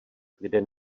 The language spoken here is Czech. kde